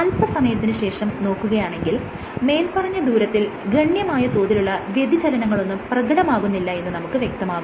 അല്പസമയത്തിന് ശേഷം നോക്കുകയാണെങ്കിൽ മേല്പറഞ്ഞ ദൂരത്തിൽ ഗണ്യമായ തോതിലുള്ള വ്യതിചലനങ്ങളൊന്നും പ്രകടമാകുന്നില്ല എന്ന് നമുക്ക് വ്യക്തമാകും